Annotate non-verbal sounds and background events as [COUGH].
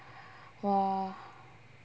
[BREATH] !wah!